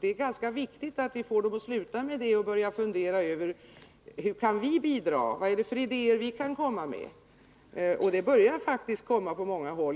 Det är ganska viktigt att vi får dem att sluta med detta och att de börjar fundera: Hur kan vi bidra, vilka idéer kan vi komma med? Det börjar faktiskt röra på sig på många håll.